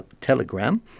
Telegram